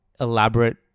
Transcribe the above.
elaborate